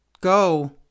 go